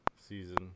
season